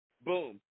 boom